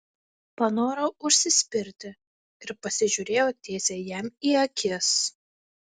panorau užsispirti ir pasižiūrėjau tiesiai jam į akis